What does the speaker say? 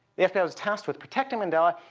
the fbi was tasked with protecting mandela.